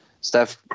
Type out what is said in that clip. Steph